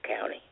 County